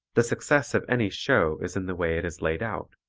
the success of any show is in the way it is laid out.